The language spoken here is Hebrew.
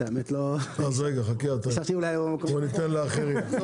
אז רגע, חכה, בוא ניתן לאחרים.